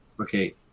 okay